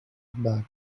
back